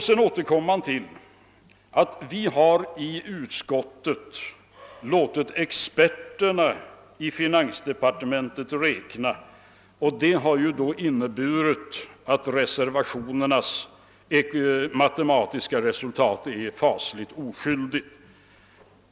Sedan återkommer man till att vi i utskottet har låtit experterna i finansdepartementet räkna, vilket inneburit att reservationernas matematiska resultat är fasligt oskyldigt.